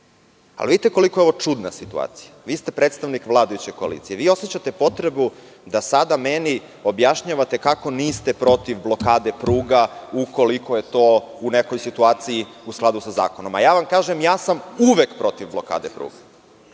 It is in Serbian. mišljenja. Vidite koliko je ovo čudna situacija. Vi ste predstavnik vladajuće koalicije, vi osećate potrebu da sada meni objašnjavate kako niste protiv blokade pruga ukoliko je to u nekoj situaciji u skladu sa zakonom. Ja vam kažem, ja sam uvek protiv blokade pruga